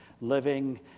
living